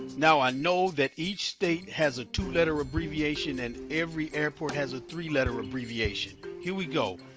now i know that each state has a two-letter abbreviation and every airport has a three-letter abbreviation. here we go.